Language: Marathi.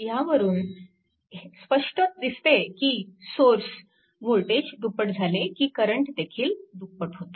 ह्यावरून स्पष्ट दिसते की सोर्स वोल्टेज दुप्पट झाले की करंटदेखील दुप्पट होतो